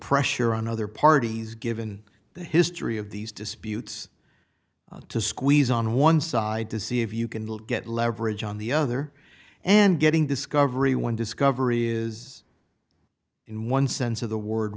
pressure on other parties given the history of these disputes to squeeze on one side to see if you can get leverage on the other and getting discovery when discovery is in one sense of the word